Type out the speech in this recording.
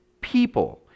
people